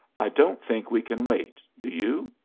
i don't think we can wait do you?